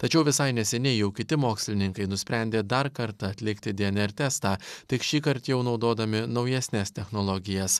tačiau visai neseniai jau kiti mokslininkai nusprendė dar kartą atlikti dnr testą tik šįkart jau naudodami naujesnes technologijas